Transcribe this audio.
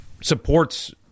supports